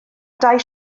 dau